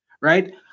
right